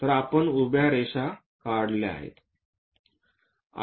तर आपण उभ्या रेषा काढलेल्या आहे